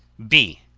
b.